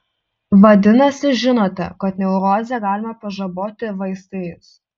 vadinasi žinote kad neurozę galima pažaboti vaistais